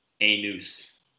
anus